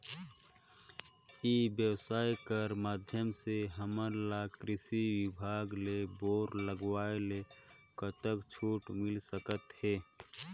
ई व्यवसाय कर माध्यम से हमन ला कृषि विभाग ले बोर लगवाए ले कतका छूट मिल सकत हे?